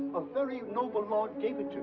a very noble lord gave it to